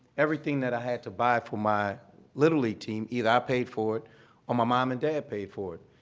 everything that i had to buy for my little league team, either i paid for it or my mom and dad paid for it.